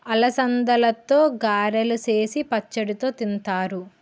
అలసందలతో గారెలు సేసి పచ్చడితో తింతారు